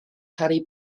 harry